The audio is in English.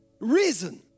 reason